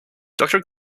doctor